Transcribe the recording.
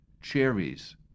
cherries